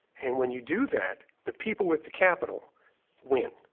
and when you do that, the people with the capital win.